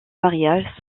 mariage